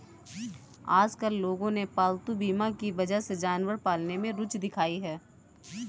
आजकल लोगों ने पालतू बीमा की वजह से जानवर पालने में रूचि दिखाई है